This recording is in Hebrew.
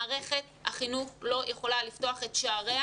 מערכת החינוך לא יכולה לפתוח את שעריה